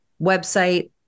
website